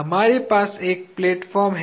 हमारे पास एक प्लेटफार्म है